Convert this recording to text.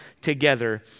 together